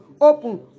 open